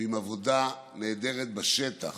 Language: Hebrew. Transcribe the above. ועם עבודה נהדרת בשטח.